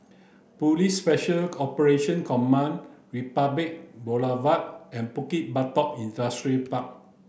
Police Special Operation Command Republic Boulevard and Bukit Batok Industrial